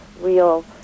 real